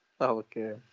Okay